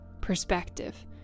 perspective